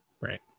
Right